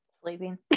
Sleeping